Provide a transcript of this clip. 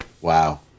Wow